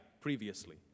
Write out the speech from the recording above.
previously